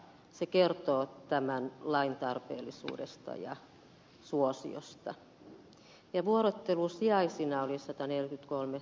se kertoo tämän lain tarpeellisuudesta ja suosiosta